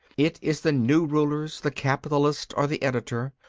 it is the new rulers, the capitalist or the editor,